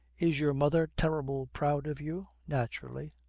is your mother terrible proud of you naturally.